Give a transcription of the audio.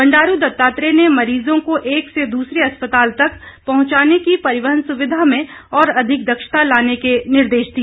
बंडारू दत्तात्रेय ने मरीजों को एक से दूसरे अस्पताल तक पहुंचाने की परिवहन सुविधा में और अधिक दक्षता लाने के निर्देश दिए